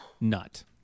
nut